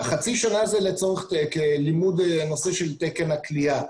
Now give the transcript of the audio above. החצי שנה זה לצורך לימוד הנושא של תקן הכליאה,